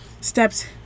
steps